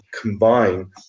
combine